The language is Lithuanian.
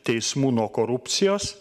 teismų nuo korupcijos